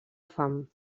fam